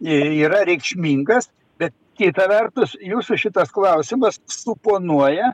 yra reikšmingas bet kita vertus jūsų šitas klausimas suponuoja